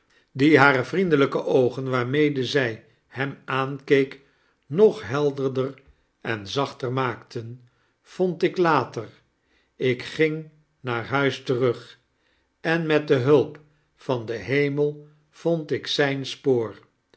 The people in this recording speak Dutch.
die hare vriendelijke oogen waarmede zij hem aankeek nog helderder en zachter maakten vond ik later ik ging naar huis terug en met de hulp van den hemel vond ik zijn spoor